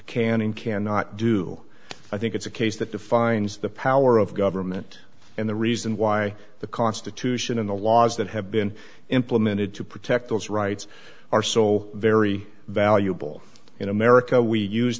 can and cannot do i think it's a case that defines the power of government and the reason why the constitution in the laws that have been implemented to protect those rights are so very valuable in america we use